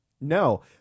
no